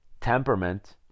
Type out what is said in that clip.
temperament